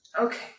Okay